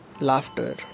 Laughter